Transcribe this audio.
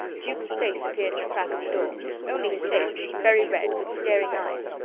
jukes face appeared in a crack of the door only his face, very red, with staring eyes.